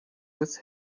with